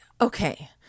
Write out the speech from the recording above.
Okay